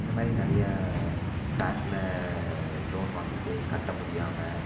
இந்த மாதிரி நிறைய பேங்க்கில் லோன் வாங்கிட்டு கட்ட முடியாமல்